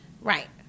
Right